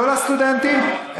לא לסטודנטים,